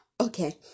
Okay